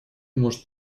может